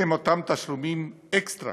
אלה אותם תשלומים אקסטרה